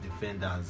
defenders